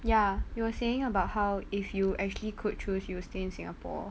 ya you were saying about how if you actually could choose you will stay in singapore